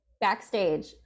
backstage